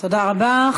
תודה רבה.